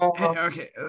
Okay